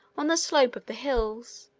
on the slopes of the hills,